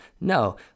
No